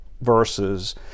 verses